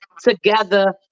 together